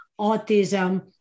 autism